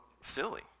silly